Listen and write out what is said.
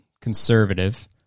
conservative